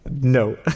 No